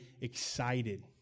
excited